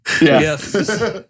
Yes